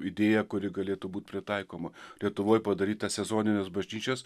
idėja kuri galėtų būt pritaikoma lietuvoj padaryt tas sezonines bažnyčias